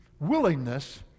Willingness